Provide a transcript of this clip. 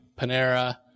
Panera